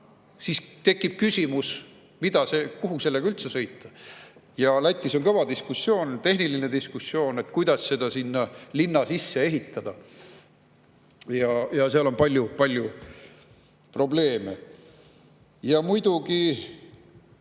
siis tekib küsimus, kuhu sellega üldse sõita. Lätis on kõva diskussioon, tehniline diskussioon, kuidas seda sinna linna sisse ehitada. Seal on palju-palju probleeme. Ja muidugi